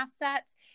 Assets